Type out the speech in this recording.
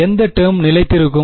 எந்த டேர்ம் நிலைத்திருக்கும்